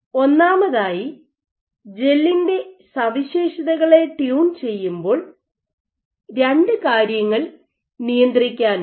ഒന്നാമതായി ജെല്ലിന്റെ സവിശേഷതകളെ ട്യൂൺ ചെയ്യുമ്പോൾ രണ്ട് കാര്യങ്ങൾ നിയന്ത്രിക്കാനുണ്ട്